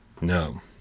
No